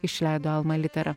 išleido alma litera